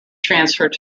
transferred